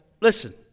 Listen